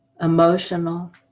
emotional